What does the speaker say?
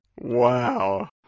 wow